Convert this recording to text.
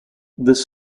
this